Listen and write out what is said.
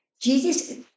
Jesus